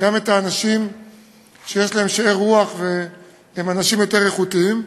גם את האנשים שיש להם שאר-רוח והם אנשים יותר איכותיים.